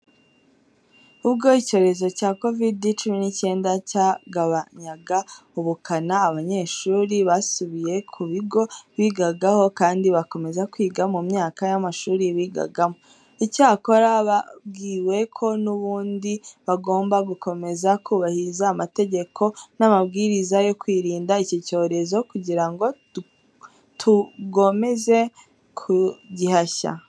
Ubwo icyorezo cya kovide cumi n'icyenda cyagabanyaga ubukana, abanyeshuri basubiye ku bigo bigagaho kandi bakomeza kwiga mu myaka y'amashuri bigagamo. Icyakora babwiwe ko n'ubundi bagomba gukomeza kubahiriza amategeko n'amabwiriza yo kwirinda iki cyorezo kugira ngo tugomeze kugihashya.